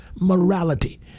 morality